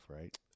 right